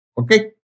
Okay